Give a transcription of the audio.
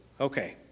Okay